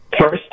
first